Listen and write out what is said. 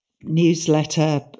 newsletter